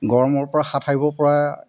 গৰমৰপৰা হাত সাৰিব পৰা